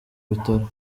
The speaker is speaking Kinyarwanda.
bitaro